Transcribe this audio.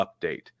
update